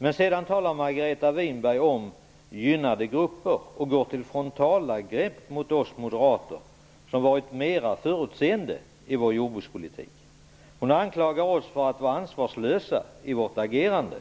Men Margareta Winberg talar om gynnade grupper och går till frontalangrepp mot oss moderater som varit mera förutseende i vår jordbrukspolitik. Hon anklagar oss för att vara ansvarslösa i vårt agerande.